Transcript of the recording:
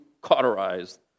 cauterized